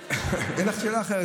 אין שאלה אחרת.